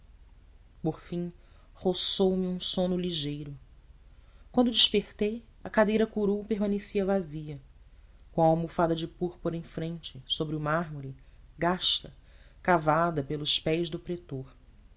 por fim roçou me um sono ligeiro quando despertei a cadeira curul permanecia vazia com a almofada de púrpura em frente sobre o mármore gasta cavada pelos pés do pretor